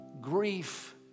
grief